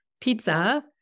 pizza